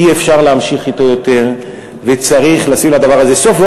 אי-אפשר להמשיך אתו יותר וצריך לשים לדבר הזה סוף.